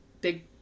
big